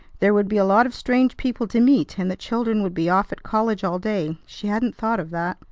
there would be a lot of strange people to meet, and the children would be off at college all day. she hadn't thought of that.